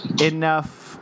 enough